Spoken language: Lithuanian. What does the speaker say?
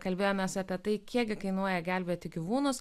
kalbėjomės apie tai kiekgi kainuoja gelbėti gyvūnus